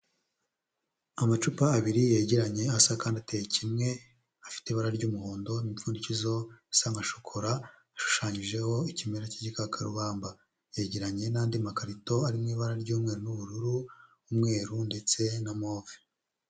Amacupa abiri yegeranye asa kandi ateye kimwe afite ibara ry'umuhondo n'umupfundikizo usa nka shokora ushushanyijeho ikimera cy'igikakarubamba yegiranye n'andi makarito ari mu ibara ry'umweru n'ubururu n'umweru ndetse na move.